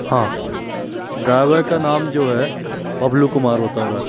हाँ ड्रायवर का नाम जो है बबलु कुमार बता रहा है